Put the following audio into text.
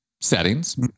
settings